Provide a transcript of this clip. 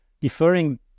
deferring